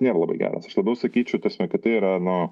nėra labai geras aš labiau sakyčiau ta prasme kad tai yra na